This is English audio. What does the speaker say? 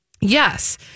Yes